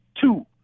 Two